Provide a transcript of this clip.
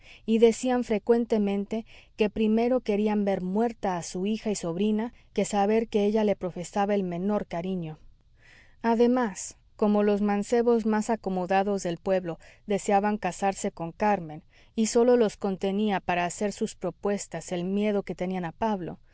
y decían frecuentemente que primero querían ver muerta a su hija y sobrina que saber que ella le profesaba el menor cariño además como los mancebos más acomodados del pueblo deseaban casarse con carmen y sólo los contenía para hacer sus propuestas el miedo que tenían a pablo